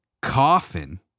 coffin